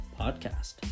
podcast